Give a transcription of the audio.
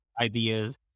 ideas